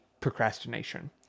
procrastination